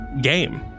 game